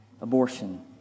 abortion